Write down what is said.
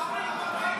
נכון.